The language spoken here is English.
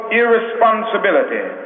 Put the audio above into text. irresponsibility